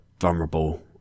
Vulnerable